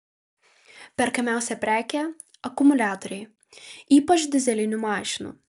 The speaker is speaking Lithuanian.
perkamiausia prekė akumuliatoriai ypač dyzelinių mašinų